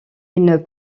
une